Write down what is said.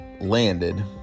landed